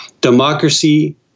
Democracy